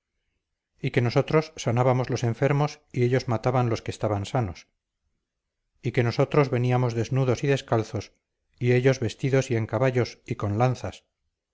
y que nosotros sanábamos los enfermos y ellos mataban los que estaban sanos y que nosotros veníamos desnudos y descalzos y ellos vestidos y en caballos y con lanzas